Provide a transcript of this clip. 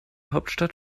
hauptstadt